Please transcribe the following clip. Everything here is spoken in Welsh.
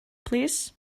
plîs